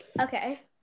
Okay